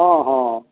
हँ हँ